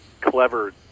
clever